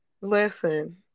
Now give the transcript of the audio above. Listen